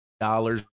dollars